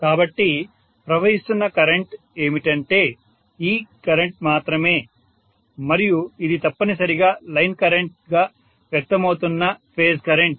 కాబట్టి ప్రవాహిస్తున్న కరెంట్ ఏమిటంటే ఈ కరెంట్ మాత్రమే మరియు ఇది తప్పనిసరిగా లైన్ కరెంట్గా వ్యక్తమవుతున్న ఫేజ్ కరెంట్